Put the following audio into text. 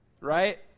right